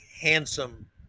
handsome